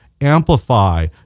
amplify